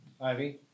Ivy